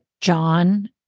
John